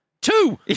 Two